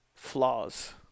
flaws